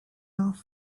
off